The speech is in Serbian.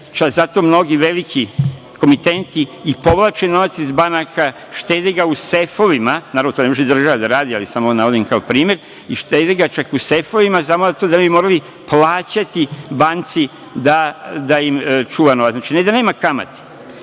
zato mnogi veliki komitenti i povlače novac iz banka, štede ga u sefovima, naravno, to ne može država da radi, ali samo navodim kao primer, i štede ga čak u sefovima samo da ne bi morali plaćati banci da im čuva novac. Znači, ne da nema kamate,